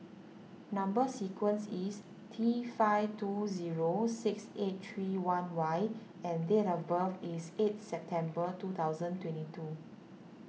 Number Sequence is T five two zero six eight three one Y and date of birth is eight September two thousand twenty two